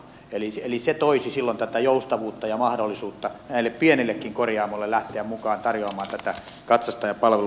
eli se toisi silloin tätä joustavuutta ja mahdollisuutta näille pienillekin korjaamoille lähteä mukaan tarjoamaan tätä katsastajapalvelua